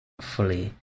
fully